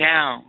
Now